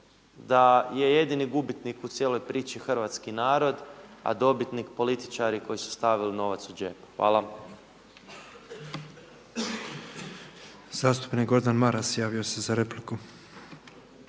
da je jedini gubitnik u cijeloj priči hrvatski narod, a dobitnik političari koji su stavili novac u džep. Hvala. **Petrov, Božo (MOST)** Zastupnik Gordan Maras javio se za repliku.